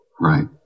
right